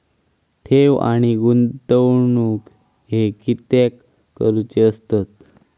ठेव आणि गुंतवणूक हे कित्याक करुचे असतत?